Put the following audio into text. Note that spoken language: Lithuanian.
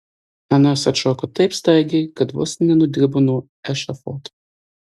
anas atšoko taip staigiai kad vos nenudribo nuo ešafoto